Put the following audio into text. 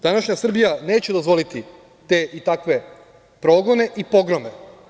Današnja Srbija neće dozvoliti te i takve progone i pogrome.